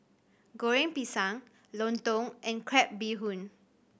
Goreng Pisang lontong and crab bee hoon